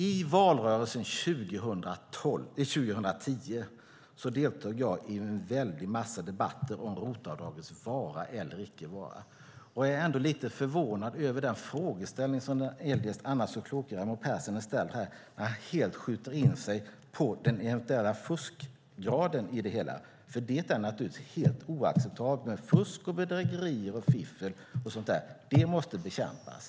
I valrörelsen 2010 deltog jag i en massa debatter om ROT-avdragets vara eller icke vara. Jag är ändå lite förvånad över den frågeställning som den annars så kloke Raimo Pärssinen har tagit upp här och där han helt skjuter in sig på den eventuella fuskgraden i det hela. Det är naturligtvis helt oacceptabelt med fusk, bedrägerier och fiffel. Det måste bekämpas.